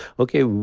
okay.